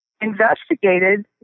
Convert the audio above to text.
investigated